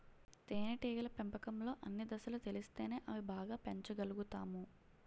తేనేటీగల పెంపకంలో అన్ని దశలు తెలిస్తేనే అవి బాగా పెంచగలుతాము